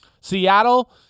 Seattle